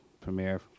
premiere